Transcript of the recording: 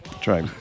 Try